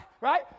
Right